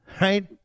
Right